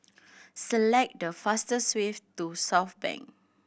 select the fastest way to Southbank